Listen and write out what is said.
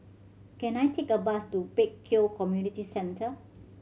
can I take a bus to Pek Kio Community Centre